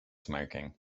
smoking